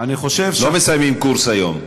לא מסיימים קורס היום.